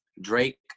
Drake